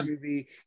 movie